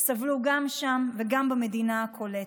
הם סבלו גם שם וגם במדינה הקולטת.